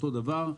אותו דבר,